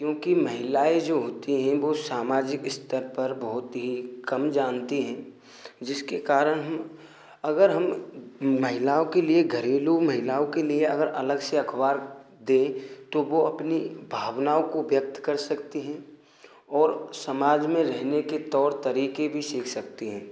क्योंकि महिलाएँ जो होती हैं वह सामाजिक स्तर पर बहुत ही कम जानती हैं जिसके कारण हम अगर हम महिलाओं के लिए घरेलू महिलाओं के लिए अगर अलग से अखबार दें तो वह अपनी भावनाओं को व्यक्त कर सकती हें और समाज में रहने के तौर तरीके भी सीख सकते हैं